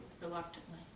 reluctantly